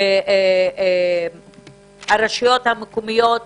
הרשויות המקומיות